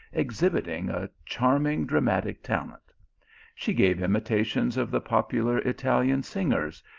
exhibiting a charming dramatic talent she gave imitations of the popular italian singers,